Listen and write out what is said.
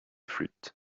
flûte